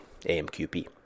AMQP